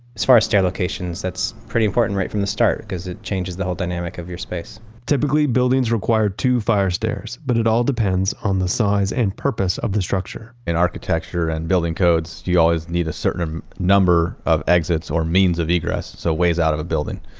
as far as stair locations, such pretty important right from the start because it changes the whole dynamic of your space typically, buildings require two fire stairs but it all depends on the size and purpose of the structure in architecture and building codes, you always need a certain number of exits or means of egress, so ways out of the building.